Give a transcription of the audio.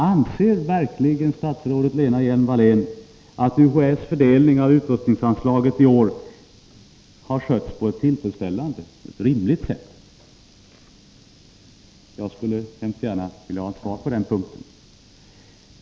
Anser verkligen statsrådet Lena Hjelm-Wallén att fördelningen av utrustningsanslaget i år har skötts på ett tillfredsställande och rimligt sätt? Jag skulle gärna vilja ha svar på den frågan.